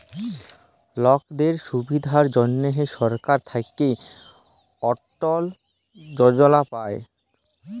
লকদের সুবিধার জনহ সরকার থাক্যে অটল যজলা পায়